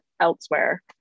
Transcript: elsewhere